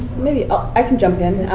maybe i can jump in,